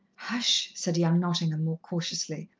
hush, said young nottingham more cautiously.